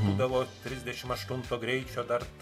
budavo trisdešimt aštunto greičio dar